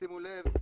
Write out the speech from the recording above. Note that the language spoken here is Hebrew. שימו לב,